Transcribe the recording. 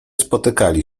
spotykali